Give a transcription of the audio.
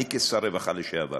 אני, כשר הרווחה לשעבר.